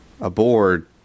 aboard